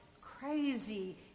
crazy